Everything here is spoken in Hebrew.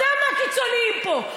אתה מהקיצוניים פה.